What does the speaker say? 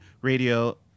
radio